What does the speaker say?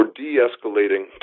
de-escalating